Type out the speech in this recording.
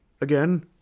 Again